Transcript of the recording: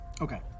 Okay